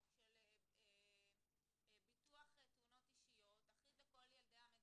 של ביטוח תאונות אישיות אחיד לכל ילדי המדינה.